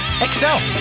excel